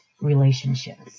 relationships